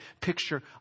picture